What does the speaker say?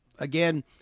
Again